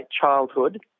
childhood